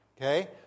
Okay